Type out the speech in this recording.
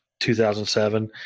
2007